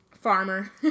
Farmer